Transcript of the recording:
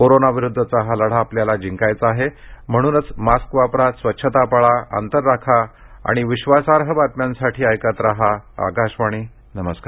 कोरोनाविरुद्धचा हा लढा आपल्याला जिंकायचा आहे म्हणूनच मास्क वापरा स्वच्छता पाळा अंतर राखा आणि विश्वासार्ह बातम्यांसाठी ऐकत रहा आकाशवाणी नमस्कार